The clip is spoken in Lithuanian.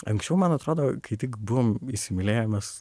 anksčiau man atrodo kai tik buvom įsimylėję mes